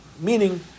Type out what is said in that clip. Meaning